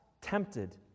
tempted